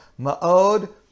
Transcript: ma'od